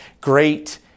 great